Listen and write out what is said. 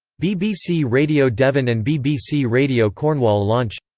bbc radio devon and bbc radio cornwall launch.